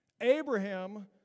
Abraham